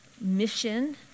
mission